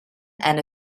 and